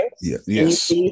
Yes